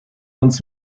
uns